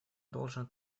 должен